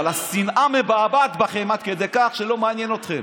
אבל השנאה מבעבעת בכם עד כדי כך שלא מעניין אתכם.